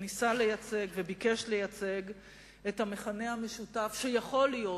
או ניסה לייצג וביקש לייצג את המכנה המשותף שיכול להיות,